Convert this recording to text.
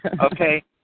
Okay